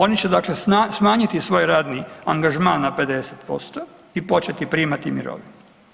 Oni će dakle smanjiti svoj radni angažman na 50% i početi primati mirovinu.